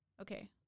okay